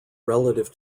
relative